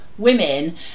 Women